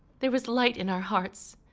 there was light in our hearts,